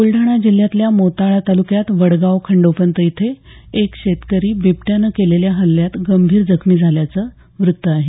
ब्लढाणा जिल्ह्यातल्या मोताळा तालुक्यात वडगाव खंडोपंत इथे एक शेतकरी बिबट्यानं केलेल्या हल्ल्यात गंभीर जखमी झाल्याचं वृत्त आहे